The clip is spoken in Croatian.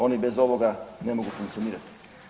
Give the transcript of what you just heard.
Oni bez ovoga ne mogu funkcionirati.